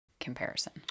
comparison